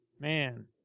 Man